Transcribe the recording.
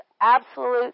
absolute